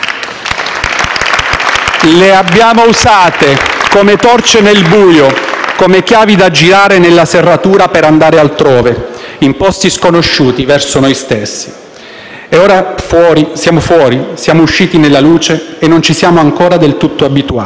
Le abbiamo usate come torce nel buio, come chiavi da girare nella serratura per andare altrove, in posti sconosciuti, verso noi stessi. Ora siamo fuori; siamo usciti nella luce e non ci siamo ancora del tutto abituati.